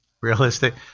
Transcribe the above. Realistic